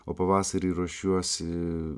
o pavasarį ruošiuosi